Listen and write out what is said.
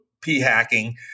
p-hacking